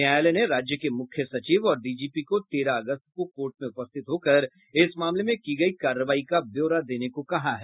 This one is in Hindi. न्यायालय ने राज्य के मुख्य सचिव और डीजीपी को तेरह अगस्त को कोर्ट में उपस्थित होकर इस मामले में की गयी कार्रवाई का ब्यौरा देने को कहा है